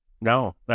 No